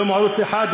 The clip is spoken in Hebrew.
לא מערוץ 1,